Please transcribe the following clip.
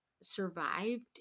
survived